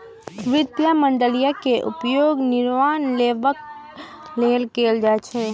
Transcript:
वित्तीय मॉडलिंग के उपयोग निर्णय लेबाक लेल कैल जाइ छै